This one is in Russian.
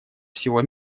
всего